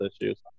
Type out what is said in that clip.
issues